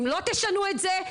אם לא תשנו את זה,